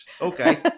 Okay